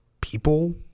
people